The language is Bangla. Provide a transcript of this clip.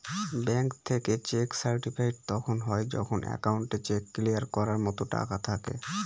ব্যাঙ্ক থেকে চেক সার্টিফাইড তখন হয় যখন একাউন্টে চেক ক্লিয়ার করার মতো টাকা থাকে